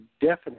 definite